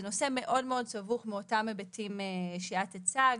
זה נושא סבוך מאותם ההיבטים שהצגת,